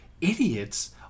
idiots